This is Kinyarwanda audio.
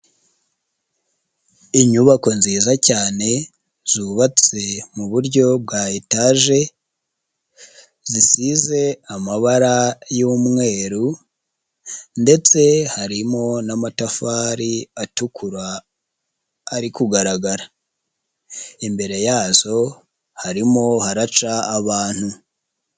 Inyubako nziza cyane, zubatse mu buryo bwa etaje, zisize amabara y'umweru, ndetse harimo n'amatafari atukura, ari kugaragara. Imbere yazo harimo haraca abantu.